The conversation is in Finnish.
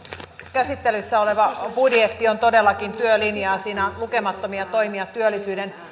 käsittelyssä oleva budjetti on todellakin työlinjaa siinä on lukemattomia toimia työllisyyden